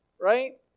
right